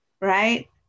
Right